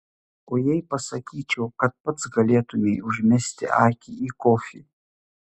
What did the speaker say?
o jei pasakyčiau kad pats galėtumei užmesti akį į kofį